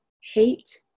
hate